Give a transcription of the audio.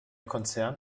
konzern